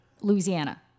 Louisiana